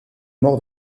mort